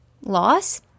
loss